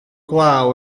glaw